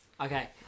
Okay